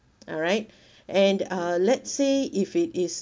alright and uh let's say if it is